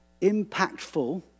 impactful